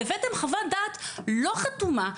והבאתם חוות דעת לא חתומה,